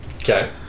Okay